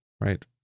right